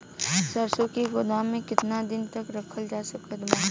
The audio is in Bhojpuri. सरसों के गोदाम में केतना दिन तक रखल जा सकत बा?